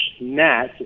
NAT